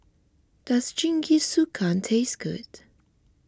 does Jingisukan taste good